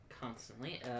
constantly